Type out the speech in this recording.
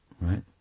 right